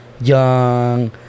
young